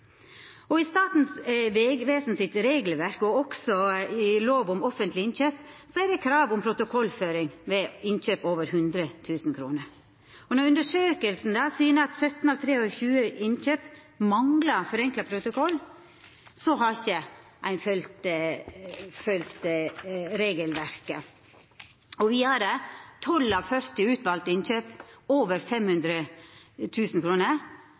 verk. I Statens vegvesen sitt regelverk og også i lov om offentlege innkjøp er det krav om protokollføring ved innkjøp over 100 000 kr. Når undersøkinga syner at 17 av 23 innkjøp manglar forenkla protokoll, har ein ikkje følgt regelverket. Vidare har 12 av 40 utvalde innkjøp over